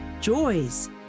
joys